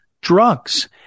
drugs